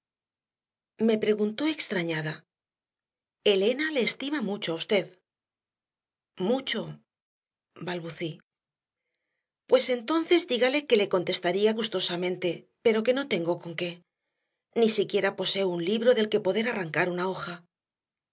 me preguntó extrañada elena le estima mucho a usted mucho balbucí pues entonces dígale que le contestaría gustosamente pero que no tengo con qué ni siquiera poseo un libro del que poder arrancar una hoja